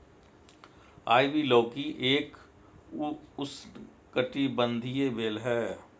ivy लौकी एक उष्णकटिबंधीय बेल है